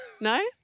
No